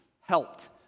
helped